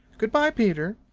good-by, peter.